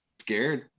scared